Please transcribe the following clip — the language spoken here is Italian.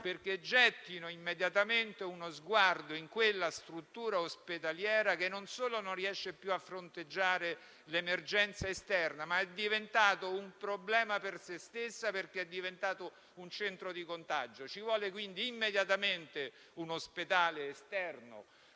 perché gettino immediatamente uno sguardo in quella struttura ospedaliera, che non solo non riesce più a fronteggiare l'emergenza, ma che è diventata un problema per se stessa, perché è diventata un centro di contagio. Ci vuole quindi immediatamente un ospedale esterno,